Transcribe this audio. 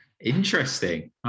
interesting